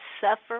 suffer